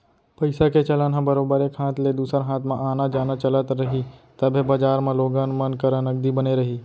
पइसा के चलन ह बरोबर एक हाथ ले दूसर हाथ म आना जाना चलत रही तभे बजार म लोगन मन करा नगदी बने रही